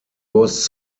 was